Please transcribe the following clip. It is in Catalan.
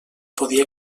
podia